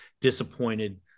disappointed